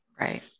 Right